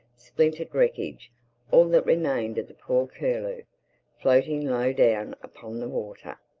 splintered wreckage all that remained of the poor curlew floating low down upon the water.